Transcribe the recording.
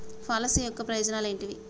Policy యొక్క ప్రయోజనాలు ఏమిటి?